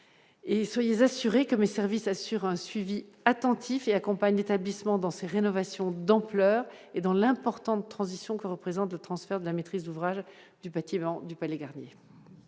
et soyez assurés que mes services assurent un suivi attentif et accompagne d'établissement dans ces rénovations d'ampleur et dans l'importante transition qui représente de transfert de la maîtrise d'ouvrage du bâtiment du palais Garnier.